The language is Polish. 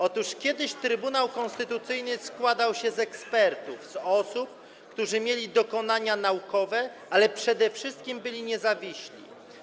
Otóż kiedyś Trybunał Konstytucyjny składał się z ekspertów, z osób, które miały dokonania naukowe, ale przede wszystkim były niezawisłe.